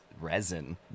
resin